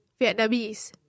Vietnamese